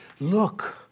Look